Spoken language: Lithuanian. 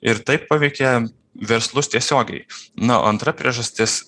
ir tai paveikė verslus tiesiogiai na o antra priežastis